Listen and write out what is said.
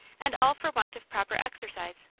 and all for want of proper exercise.